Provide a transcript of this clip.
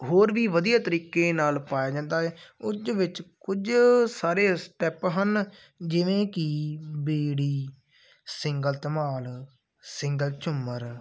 ਹੋਰ ਵੀ ਵਧੀਆ ਤਰੀਕੇ ਨਾਲ ਪਾਇਆ ਜਾਂਦਾ ਹੈ ਉਹਦੇ ਵਿੱਚ ਕੁਝ ਸਾਰੇ ਸਟੈਪ ਹਨ ਜਿਵੇਂ ਕਿ ਬੇੜੀ ਸਿੰਗਲ ਧਮਾਲ ਸਿੰਗਲ ਝੁੰਮਰ